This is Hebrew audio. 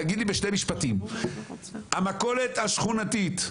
תגיד לי בשני משפטים: המכולת השכונתית,